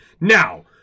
Now